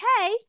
okay